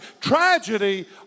tragedy